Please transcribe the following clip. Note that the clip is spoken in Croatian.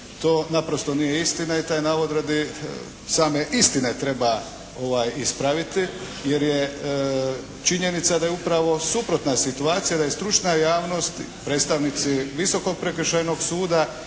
To naprosto nije istina i taj je navod radi same istine treba ispraviti. Jer je činjenica da je upravo suprotna situacija, da je stručna javnost, predstavnici Visokog prekršajnog suda